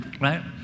right